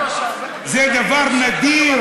זה דבר נדיר,